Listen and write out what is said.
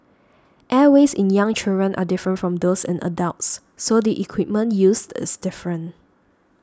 airways in young children are different from those in adults so the equipment used is different